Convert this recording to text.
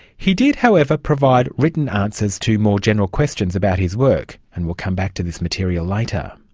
he did however provide written answers to more general questions about his work. and we'll come back to this material later.